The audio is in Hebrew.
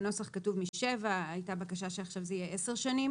בנוסח כתוב: משבע; הייתה בקשה שעכשיו זה יהיה עשר שנים